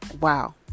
wow